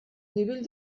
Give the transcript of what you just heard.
nivell